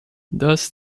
thus